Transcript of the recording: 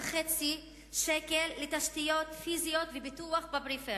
שקלים לתשתיות פיזיות ופיתוח בפריפריה.